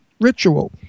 ritual